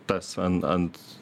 tas an ant